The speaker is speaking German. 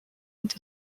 und